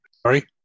Sorry